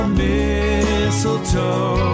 mistletoe